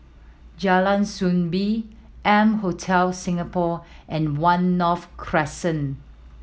Jalan Soo Bee M Hotel Singapore and One North Crescent